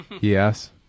Yes